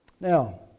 now